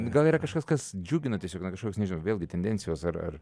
gal yra kažkas kas džiugina tiesiog kažkoks vėlgi tendencijos ar ar